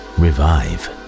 revive